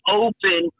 open